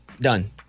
done